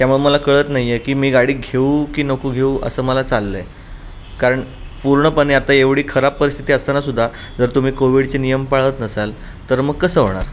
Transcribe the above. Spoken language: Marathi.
त्यामुळे मला कळत नाही आहे की मी गाडी घेऊ की नको घेऊ असं मला चाललं आहे कारण पूर्णपणे आता एवढी खराब परिस्थिती असताना सुद्धा जर तुम्ही कोविडचे नियम पाळत नसाल तर मग कसं होणार